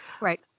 Right